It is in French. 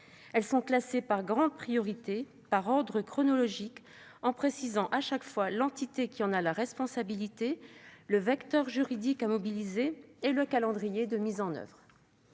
Elles sont classées par grande priorité et par ordre chronologique, avec l'indication systématique de l'entité qui en a la responsabilité, du vecteur juridique à mobiliser et du calendrier de mise en oeuvre.